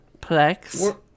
Plex